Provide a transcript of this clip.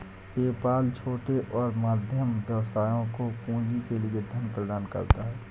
PayPal छोटे और मध्यम व्यवसायों को पूंजी के लिए धन प्रदान करता है